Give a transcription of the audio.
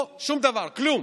פה, שום דבר, כלום.